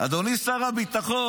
אדוני שר הביטחון,